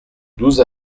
douze